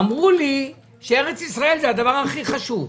אמרו לי שארץ ישראל זה הדבר הכי חשוב,